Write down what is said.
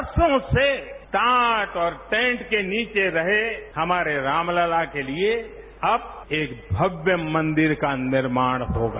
बरसों से टाट और टेंट के नीचे रहे हमारे राम लला के लिए अब एक भव्य मंदिर का निर्माण होगा